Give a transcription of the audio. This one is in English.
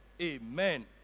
amen